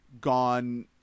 gone